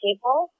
People